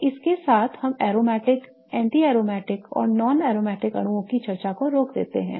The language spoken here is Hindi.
तो इसके साथ हम aromatic anti aromatic और non aromatic अणुओं की चर्चा को रोक देते हैं